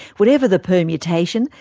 whatever the permutation,